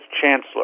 chancellor